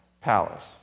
palace